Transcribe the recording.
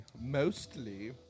Mostly